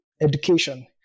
education